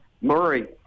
Murray